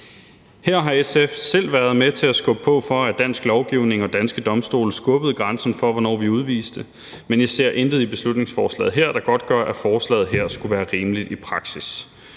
Her har SF selv været med til at skubbe på for, at dansk lovgivning og de danske domstole skubbede grænsen for, hvornår vi udviste, men vi ser intet i beslutningsforslaget her, der godtgør, at forslaget skulle være rimeligt i praksis.